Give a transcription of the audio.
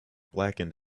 blackened